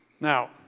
Now